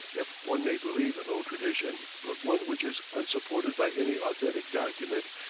if one may believe an old tradition, but one which is unsupported by any authentic document,